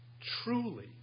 truly